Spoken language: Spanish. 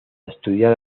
estudiar